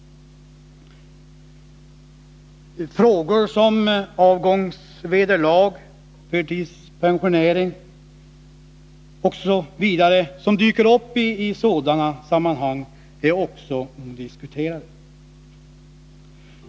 Frågor som rör avgångsvederlag, förtidspensionering osv., vilka dyker upp i sådana här sammanhang, är också odiskuterade.